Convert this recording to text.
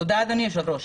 תודה אדוני היושב-ראש.